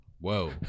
whoa